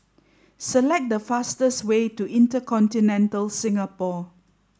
select the fastest way to InterContinental Singapore